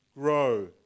grow